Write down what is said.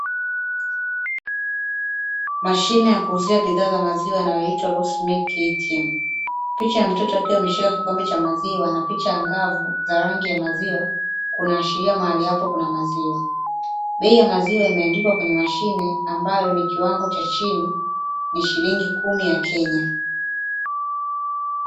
Mashine ya kuuzia bidhaa za maziwa inayoitwa "LUCY MILK ATM" picha ya mtoto akiwa ameshika kikombe cha maziwa na picha angavu za rangi ya maziwa kunaashiria mahali hapa kuna maziwa, bei ya maziwa imeandikwa kwenye mashine ambayo ni kiwango cha chini ni shilingi kumi ya Kenya.